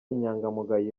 inyangamugayo